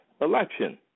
election